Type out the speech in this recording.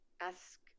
ask